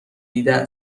دیده